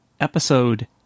episode